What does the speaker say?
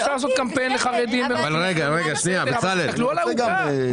אפשר לעשות קמפיין לחרדים ולערבים --- אבל תסתכלו על העוגה.